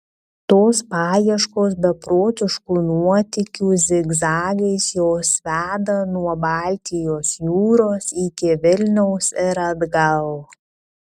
tos paieškos beprotiškų nuotykių zigzagais juos veda nuo baltijos jūros iki vilniaus ir atgal